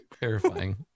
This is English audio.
Terrifying